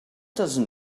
doesn’t